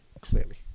clearly